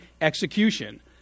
execution